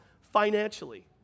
financially